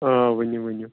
آ ؤنِو ؤنِو